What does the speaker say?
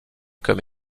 comme